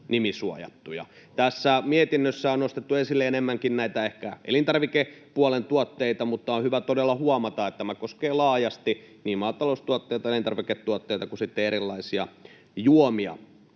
Tässä mietinnössä on nostettu esille enemmänkin näitä ehkä elintarvikepuolen tuotteita, mutta on hyvä todella huomata, että tämä koskee laajasti niin maataloustuotteita, elintarviketuotteita kuin sitten erilaisia juomia.